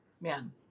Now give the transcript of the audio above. man